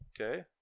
okay